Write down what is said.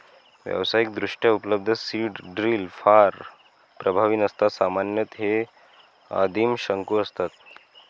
व्यावसायिकदृष्ट्या उपलब्ध seed drill फार प्रभावी नसतात सामान्यतः हे आदिम शंकू असतात